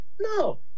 No